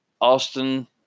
Austin